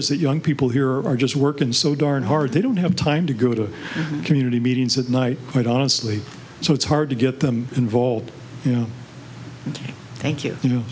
is that young people here are just working so darn hard they don't have time to go to community meetings at night quite honestly so it's hard to get them involved you know thank you you know